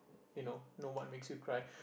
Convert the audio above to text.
you know know what makes you cry